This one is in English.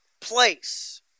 place